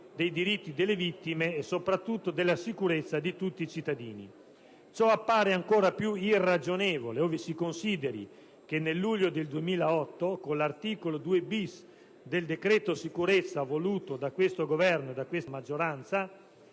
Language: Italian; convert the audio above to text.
degli imputati, delle vittime e soprattutto della sicurezza di tutti i cittadini. Ciò appare ancora più irragionevole, ove si consideri che nel luglio del 2008, con l'articolo 2-*bis* del decreto sicurezza voluto da questo Governo e da questa maggioranza,